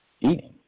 eating